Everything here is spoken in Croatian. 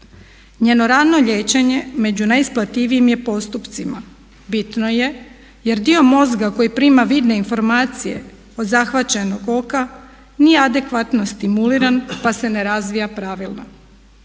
Njeno rano liječenje među najisplatljivijem je postupcima. Bitno je jer dio mozga koji prima vidne informacije od zahvaćenog oka nije adekvatno stimuliran pa se ne razvija pravilno.